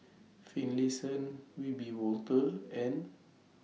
Finlayson Wiebe Wolters and